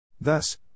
Thus